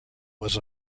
was